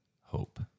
hope